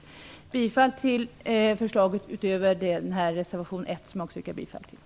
Jag yrkar bifall till förslaget utom i vad gäller reservation 1, som jag också yrkar bifall till.